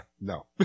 No